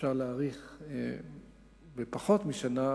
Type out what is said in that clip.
אפשר להאריך לפחות משנה,